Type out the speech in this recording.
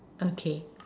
okay